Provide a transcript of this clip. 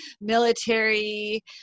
military